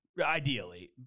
ideally